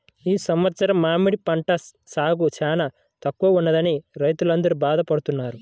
ఈ సంవత్సరం మామిడి పంట సాగు చాలా తక్కువగా ఉన్నదని రైతులందరూ బాధ పడుతున్నారు